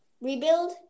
Rebuild